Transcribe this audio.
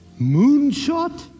Moonshot